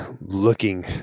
looking